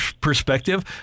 perspective